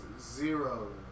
Zero